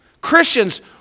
Christians